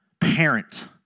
parent